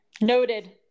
noted